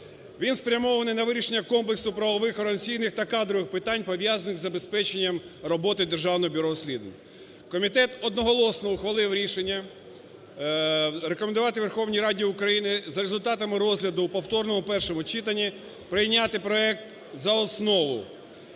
Він спрямований на вирішення комплексу правових, організаційних та кадрових питань, пов'язаних із забезпеченням роботи Державного бюро розслідувань. Комітет одноголосно ухвалив рішення рекомендувати Верховній Раді України за результатами розгляду у повторному першому читанні прийняти проект за основу,